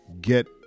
get